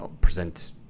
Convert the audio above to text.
present